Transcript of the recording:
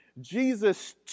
Jesus